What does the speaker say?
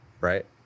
right